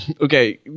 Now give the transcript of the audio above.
okay